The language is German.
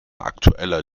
aktueller